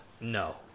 No